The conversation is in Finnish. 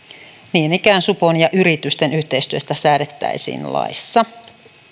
niin ikään supon ja yritysten yhteistyöstä säädettäisiin laissa